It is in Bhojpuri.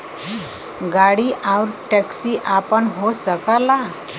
गाड़ी आउर टैक्सी आपन हो सकला